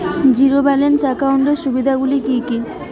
Zero balance একাউন্টের সুবিধা গুলি কি কি?